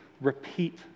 repeat